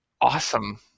awesome